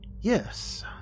Yes